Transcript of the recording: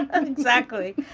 ah exactly.